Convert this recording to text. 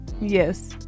Yes